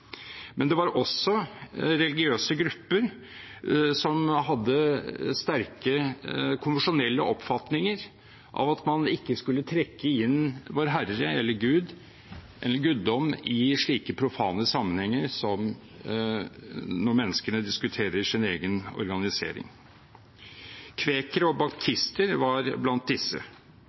Det var også religiøse grupper som hadde sterke konvensjonelle oppfatninger av at man ikke skulle trekke inn Vår Herre eller Gud eller en guddom i slike profane sammenhenger som når menneskene diskuterer sin egen organisering. Kvekere og baptister var blant disse.